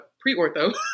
pre-ortho